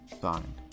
Signed